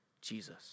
Jesus